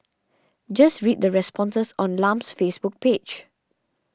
just read the responses on Lam's Facebook page